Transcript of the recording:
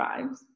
vibes